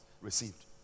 received